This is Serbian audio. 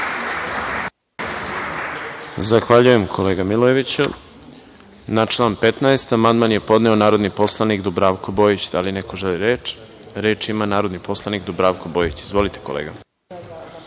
Zahvaljujem. Na član 15. amandman je podneo narodni poslanik Dubravko Bojić. Da li neko želi reč? Reč ima narodni poslanik Dubravko Bojić. Izvolite.